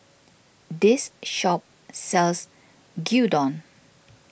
this shop sells Gyudon